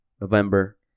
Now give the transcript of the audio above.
November